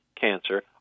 cancer